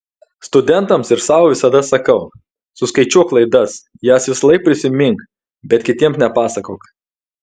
studentams ir sau visada sakau suskaičiuok klaidas jas visąlaik prisimink bet kitiems nepasakok